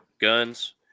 guns